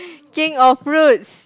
king of fruits